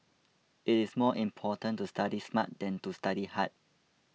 it is more important to study smart than to study hard